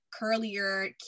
curlier